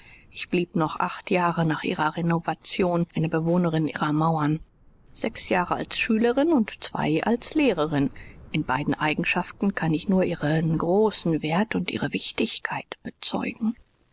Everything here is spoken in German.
ich blieb noch acht jahre nach ihrer renovation eine bewohnerin ihrer mauern sechs jahre als schülerin und zwei als lehrerin in beiden eigenschaften kann ich nur ihren großen wert und ihre wichtigkeit bezeugen